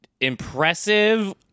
impressive